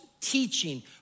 teaching